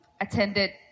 attended